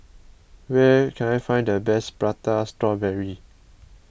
where can I find the best Prata Strawberry